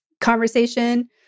conversation